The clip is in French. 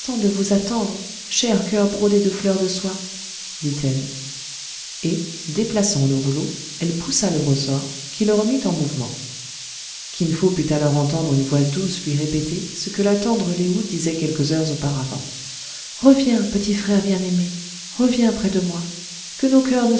de vous attendre cher coeur brodé de fleurs de soie dit-elle et déplaçant le rouleau elle poussa le ressort qui le remit en mouvement kin fo put alors entendre une douce voix lui répéter ce que la tendre lé ou disait quelques heures auparavant reviens petit frère bien-aimé reviens près de moi que nos coeurs ne